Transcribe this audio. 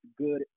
good